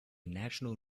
national